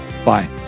Bye